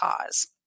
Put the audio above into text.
cause